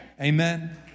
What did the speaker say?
Amen